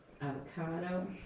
Avocado